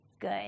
good